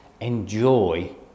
enjoy